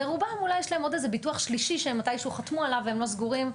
ואולי יש להם עוד איזה ביטוח שלישי שמתישהו הם חתמו עליו והם לא סגורים,